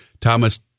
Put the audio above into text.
Thomas